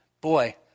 boy